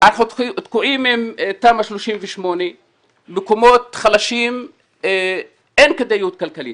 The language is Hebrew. אנחנו תקועים עם תמ"א 38. במקומות חלשים אין כדאיות כלכלית.